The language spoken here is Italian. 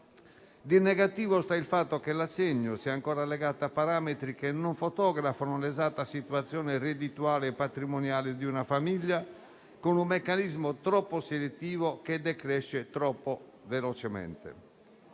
Di negativo resta il fatto che l'assegno sia ancora legato a parametri che non fotografano l'esatta situazione reddituale e patrimoniale di una famiglia, con un meccanismo troppo selettivo che decresce troppo velocemente.